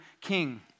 king